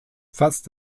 fast